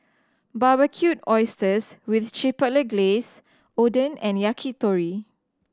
Barbecued Oysters with Chipotle Glaze Oden and Yakitori